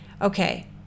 Okay